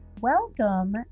Welcome